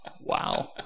wow